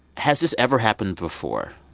has this ever happened before?